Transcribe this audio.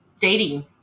Dating